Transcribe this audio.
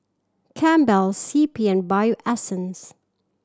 Campbell's C P and Bio Essence